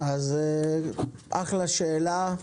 אחלה שאלה.